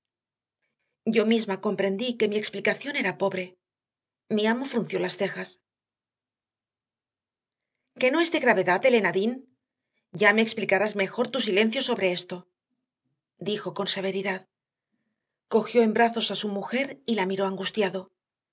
yo misma comprendí que mi explicación era pobre mi amo frunció las cejas que no es nada de gravedad elena dean ya me explicarás mejor tu silencio sobre esto dijo con severidad cogió en brazos a su mujer y la miró angustiado